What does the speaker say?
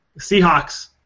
Seahawks